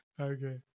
Okay